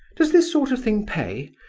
does this sort of thing pay?